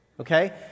Okay